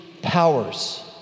powers